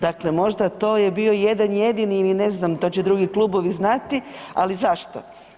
Dakle, možda to je bio jedan jedini ili ne znam to će drugi klubovi znati, ali zašto?